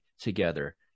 together